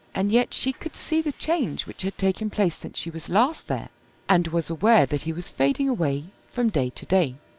and yet she could see the change which had taken place since she was last there and was aware that he was fading away from day to day.